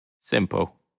simple